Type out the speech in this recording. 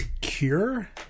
Cure